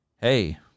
hey